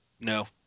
No